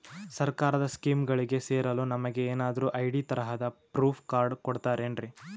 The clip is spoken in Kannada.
ಸರ್ಕಾರದ ಸ್ಕೀಮ್ಗಳಿಗೆ ಸೇರಲು ನಮಗೆ ಏನಾದ್ರು ಐ.ಡಿ ತರಹದ ಪ್ರೂಫ್ ಕಾರ್ಡ್ ಕೊಡುತ್ತಾರೆನ್ರಿ?